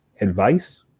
advice